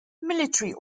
military